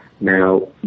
Now